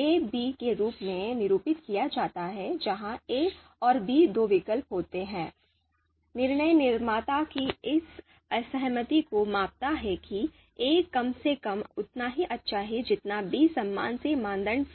a b के रूप में निरूपित किया जाता है जहाँ a और b दो विकल्प होते हैं निर्णय निर्माता की इस असहमति को मापता है कि a कम से कम उतना ही अच्छा है जितना b सम्मान से मानदंड fi